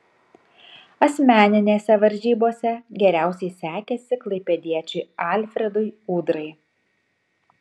asmeninėse varžybose geriausiai sekėsi klaipėdiečiui alfredui udrai